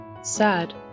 sad